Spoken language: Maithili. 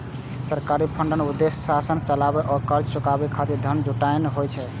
सरकारी बांडक उद्देश्य शासन चलाबै आ कर्ज चुकाबै खातिर धन जुटेनाय होइ छै